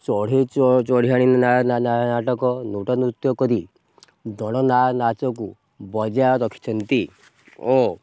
ଚଢ଼େଆ ଚଢ଼େଆଣୀ ନାଟକ ନୂଟ ନୃତ୍ୟ କରି ଦଳ ନାଚକୁ ବଜାୟ ରଖିଛନ୍ତି ଓ